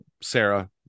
sarah